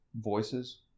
voices